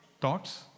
thoughts